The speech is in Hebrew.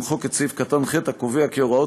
ושפת סימנים) ולמחוק את סעיף קטן (ח) הקובע כי הוראות